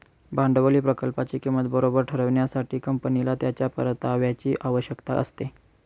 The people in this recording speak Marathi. भांडवली प्रकल्पाची किंमत बरोबर ठरविण्यासाठी, कंपनीला त्याच्या परताव्याची आवश्यकता असते